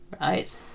right